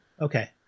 Okay